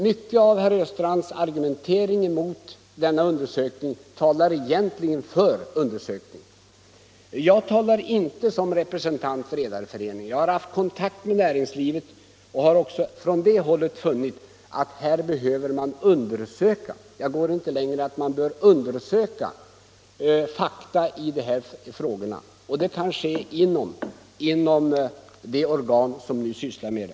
Mycket av herr Östrands argumentation mot denna undersökning talar egentligen för undersökning. Jag talar inte som representant för Redareföreningen. Jag har haft kontakt med näringslivet och har också från det hållet funnit att man bör undersöka — jag går inte längre — fakta i de här frågorna, och det kan ske inom det organ som nu sysslar med dem.